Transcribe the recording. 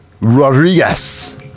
Rodriguez